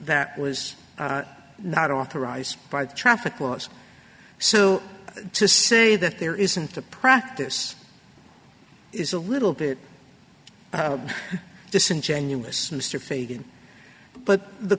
that was not authorized by the traffic laws so to say that there isn't a practice is a little bit disingenuous mr fagan but the